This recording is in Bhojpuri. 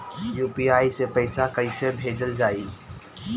यू.पी.आई से पैसा कइसे भेजल जाई?